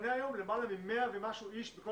אני